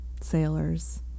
sailors